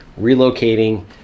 relocating